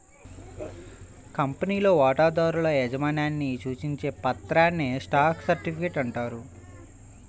కంపెనీలో వాటాదారుల యాజమాన్యాన్ని సూచించే పత్రాన్నే స్టాక్ సర్టిఫికేట్ అంటారు